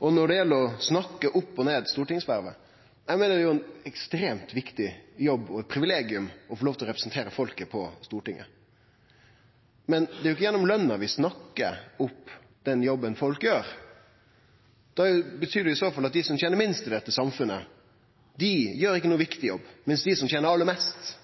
Når det gjeld å snakke opp og ned stortingsvervet: Eg meiner det er ein ekstremt viktig jobb og eit privilegium å få lov til å representere folket på Stortinget. Men det er ikkje gjennom løna vi snakkar opp den jobben folk gjer. Det betyr i så fall at dei som tener minst i dette samfunnet, ikkje gjer ein viktig jobb, mens dei som tener aller mest